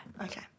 Okay